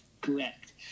correct